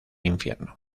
infierno